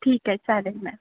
ठीक आहे चालेल मॅम